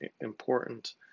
important